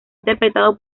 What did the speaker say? interpretado